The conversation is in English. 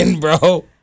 bro